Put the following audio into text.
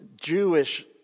Jewish